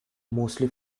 mostly